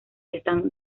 están